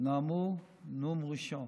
נאמו נאום ראשון